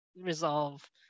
resolve